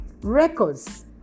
records